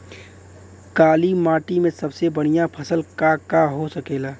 काली माटी में सबसे बढ़िया फसल का का हो सकेला?